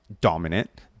dominant